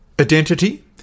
identity